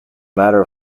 matter